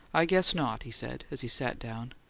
i guess not, he said, as he sat down.